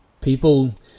People